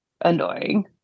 annoying